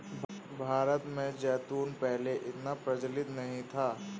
भारत में जैतून पहले इतना प्रचलित नहीं था